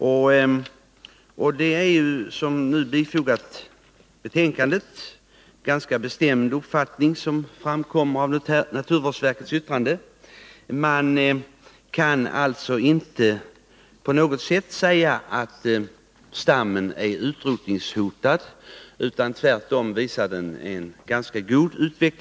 Som framgår av betänkandet framför naturvårdsverket en ganska bestämd uppfattning om att duvhöksstammen inte på något sätt skulle vara utrotningshotad: Utvecklingen är tvärtom ganska god.